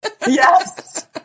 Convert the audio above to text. yes